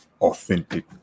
authentic